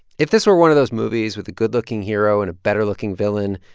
if this were one of those movies with a good-looking hero and a better-looking villain,